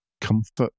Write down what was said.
comfort